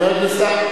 חבר הכנסת,